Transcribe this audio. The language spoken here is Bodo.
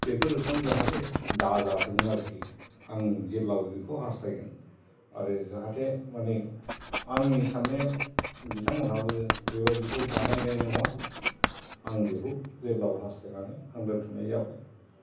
बेफोर रोखोम जाहाथे दाजाथों आरोखि आं जेब्लाबो बेखौ हास्थायगोन आरो जाहाथे माने आंनि साननायाव बिथांमोनहाबो बेबादिखौ बानायनाय नङा आं बिखौ जेब्लाबो हास्थायनानै आं दोनथ'नाय जाबाय